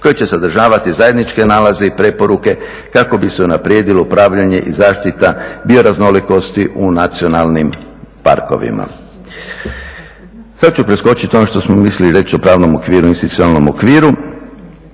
koje će sadržavati zajedničke nalaze i preporuke kako bi se unaprijedilo upravljanje i zaštita bioraznolikosti u nacionalnim parkovima. Sad ću preskočiti ono što smo mislili reći o pravnom okviru, institucionalnom okviru